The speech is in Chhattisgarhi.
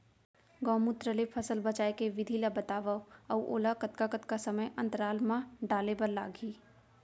गौमूत्र ले फसल बचाए के विधि ला बतावव अऊ ओला कतका कतका समय अंतराल मा डाले बर लागही?